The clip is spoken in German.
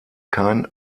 kein